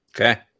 okay